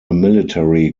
military